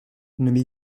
nommé